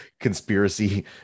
conspiracy